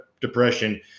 depression